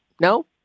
No